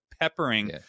peppering